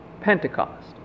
Pentecost